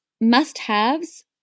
must-haves